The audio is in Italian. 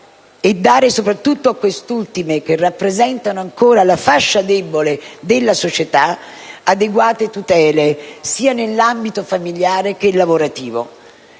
dare a queste, che rappresentano ancora la fascia debole della società, adeguate tutele, nell'ambito familiare e lavorativo.